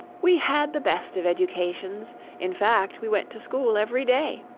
we had the best of educations in fact, we went to school every day